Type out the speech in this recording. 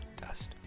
dust